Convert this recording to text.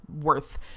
worth